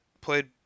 played